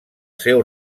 seu